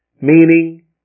meaning